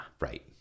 Right